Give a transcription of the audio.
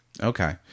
Okay